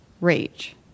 rage